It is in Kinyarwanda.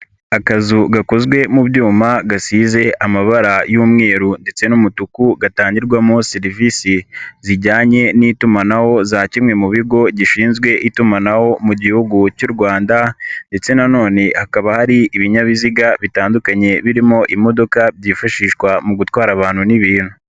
Akazu gakozwe mu byuma gasize amabara y'umweru ndetse n'umutuku gatangirwamo serivisi zijyanye n'itumanaho za kimwe mu bigo gishinzwe itumanaho mu gihugu cy'u Rwanda ndetse na none hakaba hari ibinyabiziga bitandukanye birimo imodoka byifashishwa mu gutwara abantu n'ibintu.